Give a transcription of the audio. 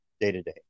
day-to-day